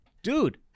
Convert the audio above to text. Dude